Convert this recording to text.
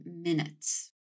minutes